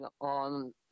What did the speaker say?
on